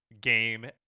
game